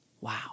Wow